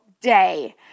day